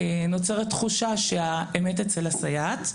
נוצרת תחושה שהאמת אצל הסייעת.